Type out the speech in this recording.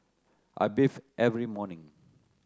I bathe every morning